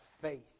faith